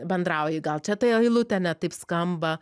bendrauji gal čia ta eilutė ne taip skamba